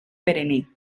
perenne